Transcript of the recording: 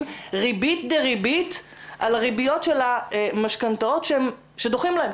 ריבית דריבית על הריביות של המשכנתאות שדוחים להם.